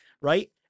Right